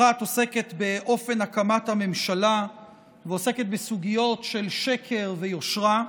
אחת עוסקת באופן הקמת הממשלה ועוסקת בסוגיות של שקר ויושרה,